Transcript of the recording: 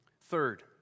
Third